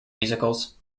musicals